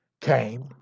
came